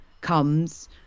comes